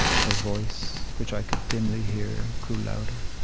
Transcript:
her voice, which i could dimly hear grew louder.